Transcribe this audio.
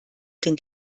den